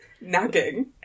nagging